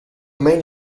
main